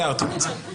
תיארתי לעצמי.